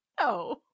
No